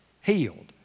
healed